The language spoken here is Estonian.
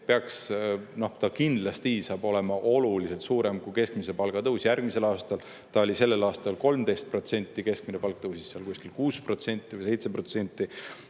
kokku. See kindlasti saab olema oluliselt suurem kui keskmise palga tõus järgmisel aastal. See oli sellel aastal 13%, keskmine palk tõusis kuskil 6% või 7%